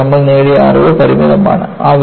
പക്ഷേ നമ്മൾ നേടിയ അറിവ് പരിമിതമാണ്